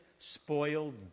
spoiled